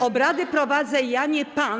Obrady prowadzę ja, nie pan.